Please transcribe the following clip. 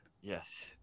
Yes